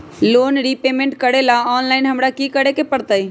Loan repayment करेला online हमरा की करे के परतई?